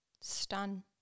stun